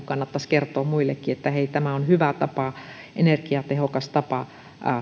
kannattaisi kertoa muillekin että hei tämä on hyvä tapa energiatehokas tapa